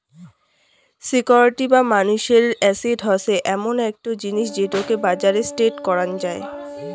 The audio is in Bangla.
সিকিউরিটি বা মানুষের এসেট হসে এমন একটো জিনিস যেটোকে বাজারে ট্রেড করাং যাই